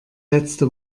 letzte